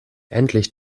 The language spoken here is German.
endlich